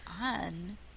on